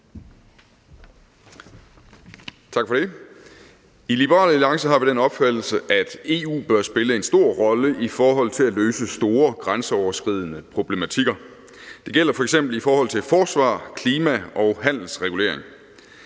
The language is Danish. I Liberal Alliance har vi den opfattelse, at EU bør spille en stor rolle i forhold til at løse store, grænseoverskridende problematikker. Det gælder f.eks. i forhold til forsvar, klima og handelsregulering.